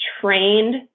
trained